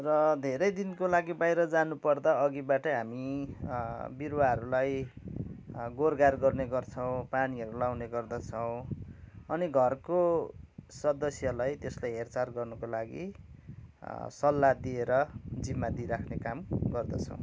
र धेरै दिनको लागि बाहिर जानपर्दा अघिबाटै हामी बिरुवाहरूलाई गोड गाड गर्ने गर्छौँ पानीहरू लाउने गर्दछौँ अनि घरको सदस्यलाई त्यसको हेरचाह गर्नको लागि सल्लाह दिएर जिम्मा दिइराख्ने काम गर्दछौँ